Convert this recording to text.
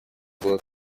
было